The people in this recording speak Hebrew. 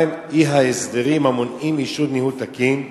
מה הם אי-הסדרים המונעים אישור ניהול תקין?